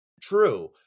true